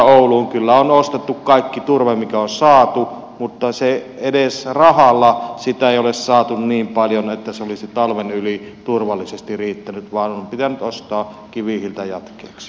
kyllä on ostettu kaikki turve mikä on saatu mutta edes rahalla sitä ei ole saatu niin paljon että se olisi talven yli turvallisesti riittänyt vaan on pitänyt ostaa kivihiiltä jatkeeksi